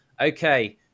Okay